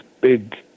big